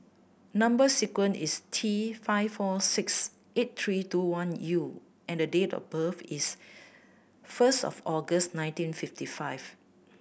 number sequence is T five four six eight three two one U and date of birth is first of August nineteen fifty five